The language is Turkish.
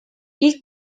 i̇lk